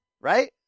right